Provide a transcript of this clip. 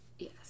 Yes